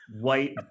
white